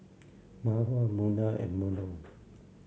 Mawar Munah and Melur